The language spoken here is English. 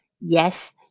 Yes